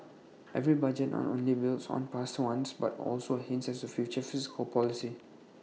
every budget not only builds on past ones but also hints at future fiscal policy